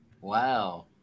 Wow